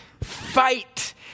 fight